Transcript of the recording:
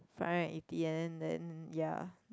five hundred and eighty and then then ya